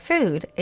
Food